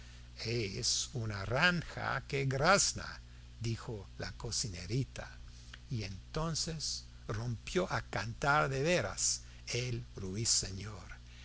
es una rana que grazna dijo la cocinerita y entonces rompió a cantar de veras el ruiseñor